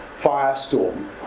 firestorm